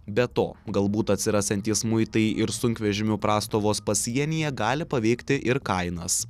be to galbūt atsirasiantys muitai ir sunkvežimių prastovos pasienyje gali paveikti ir kainas